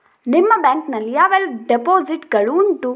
ನಿಮ್ಮ ಬ್ಯಾಂಕ್ ನಲ್ಲಿ ಯಾವೆಲ್ಲ ಡೆಪೋಸಿಟ್ ಗಳು ಉಂಟು?